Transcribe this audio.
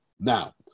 Now